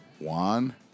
Juan